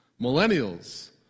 Millennials